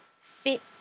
fit